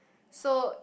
so